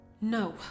No